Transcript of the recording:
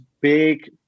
big